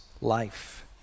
Life